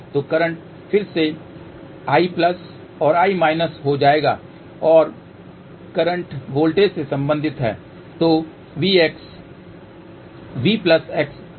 तो करंट फिर से I और I हो जाएगा और करंट वोल्टेज से संबंधित हैं